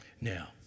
Now